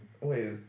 wait